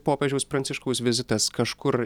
popiežiaus pranciškaus vizitas kažkur